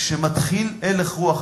כשמתחיל הלך רוח,